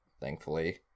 thankfully